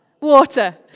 Water